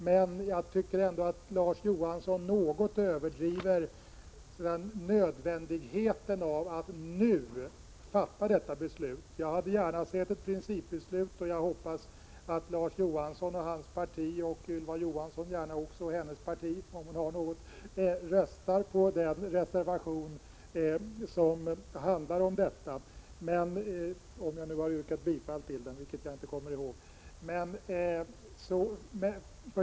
Men jag anser ändå att Larz Johansson något överdriver nödvändigheten av att nu fatta detta beslut. Jag hade gärna sett ett principbeslut, och jag hoppas att Larz Johansson och hans parti och Ylva Johansson gärna också och hennes parti, om hon har något, röstar på den reservation som handlar om skolpliktsåldern, om jag har yrkat bifall till den, vilket nu inte kommer ihåg.